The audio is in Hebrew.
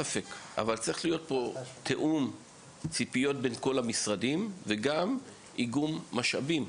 צריך להיות תיאום ציפיות בין כל המשרדים וגם איגום משאבים,